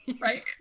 right